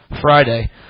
Friday